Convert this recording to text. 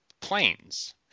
planes